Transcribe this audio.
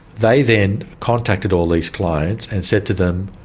they then contacted all these clients and said to them,